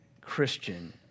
Christian